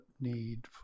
need